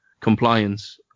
compliance